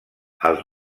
els